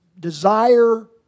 desire